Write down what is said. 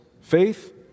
faith